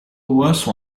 worse